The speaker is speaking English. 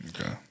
Okay